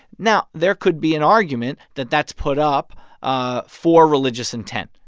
now, there could be an argument that that's put up ah for religious intent,